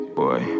boy